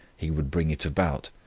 he would bring it about,